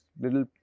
little